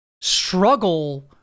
Struggle